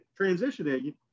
transitioning